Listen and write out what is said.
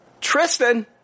Tristan